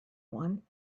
one